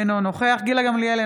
אינו נוכח גילה גמליאל,